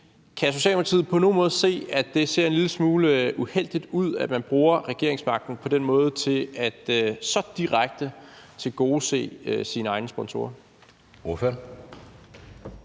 Kan Socialdemokratiet på nogen måde se, at det ser en lille smule uheldigt ud, at man på den måde bruger regeringsmagten så direkte til at tilgodese sine egne sponsorer?